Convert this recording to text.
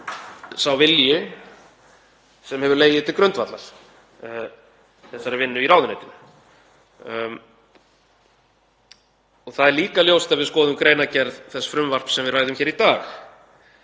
sá vilji sem hefur legið til grundvallar þessari vinnu í ráðuneytinu. Það er líka ljóst ef við skoðum greinargerð þess frumvarps sem við ræðum hér í dag.